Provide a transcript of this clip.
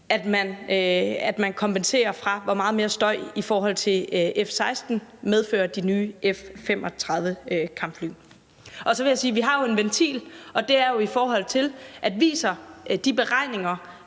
at man kompenserer, i forhold til hvor meget mere støj end F-16-fly de nye F-35-kampfly medfører. Så vil jeg sige, at vi har en ventil, og det er jo, i forhold til om de beregninger,